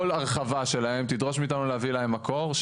כל הרחבה שלהן תדרוש מאיתנו להביא להן מקור,